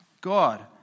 God